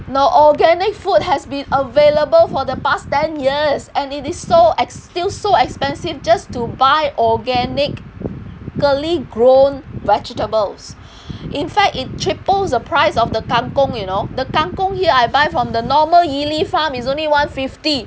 no organic food has been available for the past ten years and it is so ex~ still so expensive just to buy organically grown vegetables in fact it triples the price of the kang-kong you know the kang-kong here I buy from the normal yili farm is only one fifty